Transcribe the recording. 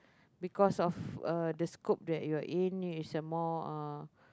because of uh the scope that you are in it's more uh